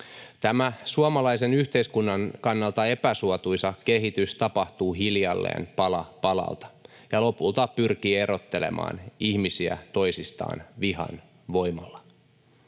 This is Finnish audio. Tämä suomalaisen yhteiskunnan kannalta epäsuotuisa kehitys tapahtuu hiljalleen pala palalta ja lopulta pyrkii erottelemaan ihmisiä toisistaan vihan voimalla.